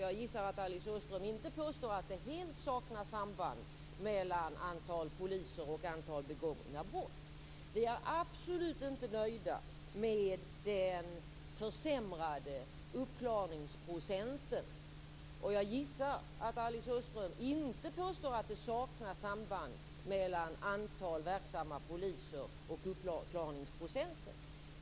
Jag gissar att Alice Åström inte påstår att det helt saknas samband mellan antalet poliser och antalet begångna brott. Vi är absolut inte nöjda med den försämrade uppklarningsprocenten. Jag gissar att Alice Åström inte påstår att det saknas samband mellan antalet verksamma poliser och uppklarningsprocenten.